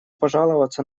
пожаловаться